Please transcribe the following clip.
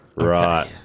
Right